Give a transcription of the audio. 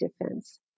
defense